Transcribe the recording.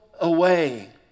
away